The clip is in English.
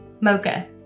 Mocha